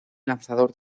lanzador